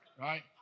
right